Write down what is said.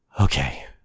okay